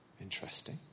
Interesting